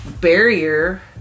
barrier